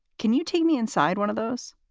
can you take me inside one of those?